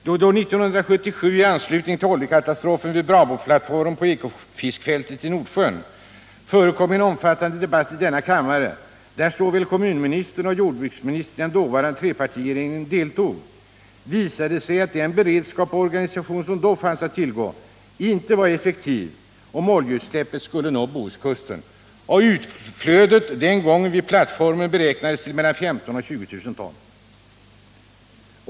Då det 1977 i anslutning till oljekatastrofen vid Bravoplattformen på Ekofisk fältet i Nordsjön förekom en omfattande debatt i denna kammare, där såväl kommunministern som jordbruksministern i den dåvarande trepartiregeringen deltog, visade det sig att den beredskap och organisation som då fanns att tillgå inte alls var effektiv om oljeutsläppet skulle nå Bohuskusten. Utflödet vid plattformen beräknades till 15 000-20 000 ton.